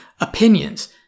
opinions